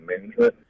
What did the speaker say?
management